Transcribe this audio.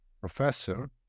professor